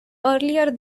earlier